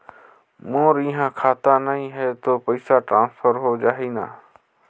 मोर इहां खाता नहीं है तो पइसा ट्रांसफर हो जाही न?